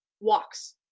walks